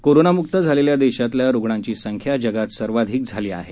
कोरोनामुक्त झालेल्या देशातल्या रुग्णांची संख्या जगात सर्वाधिक झाली आहे